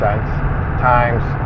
times